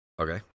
Okay